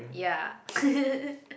ya